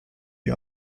die